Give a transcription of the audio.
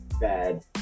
bad